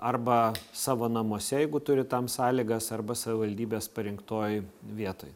arba savo namuose jeigu turit tam sąlygas arba savivaldybės parinktoj vietoj